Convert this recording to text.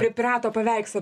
prie pirato paveikslo